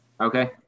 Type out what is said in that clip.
Okay